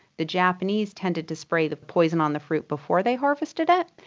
the japanese tended to spray the poison on the fruit before they harvested it.